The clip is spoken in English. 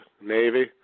Navy